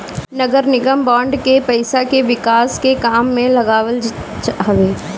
नगरनिगम बांड के पईसा के विकास के काम में लगावत हवे